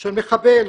של מחבל,